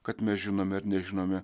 kad mes žinome ir nežinome